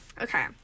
Okay